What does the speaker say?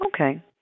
Okay